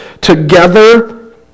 together